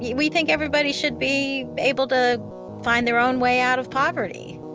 yeah we think everybody should be able to find their own way out of poverty.